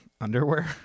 Underwear